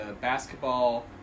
basketball